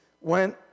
went